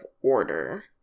order